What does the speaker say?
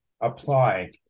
apply